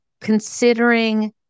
considering